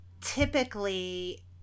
typically